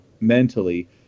mentally